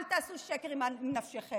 אל תעשו שקר בנפשכם.